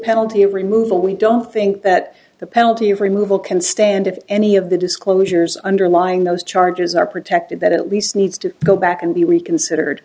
penalty removal we don't think that the penalty of removal can stand if any of the disclosures underlying those charges are protected that at least needs to go back and be reconsidered